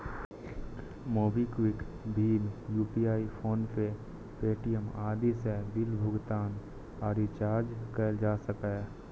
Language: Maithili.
मोबीक्विक, भीम यू.पी.आई, फोनपे, पे.टी.एम आदि सं बिल भुगतान आ रिचार्ज कैल जा सकैए